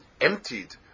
emptied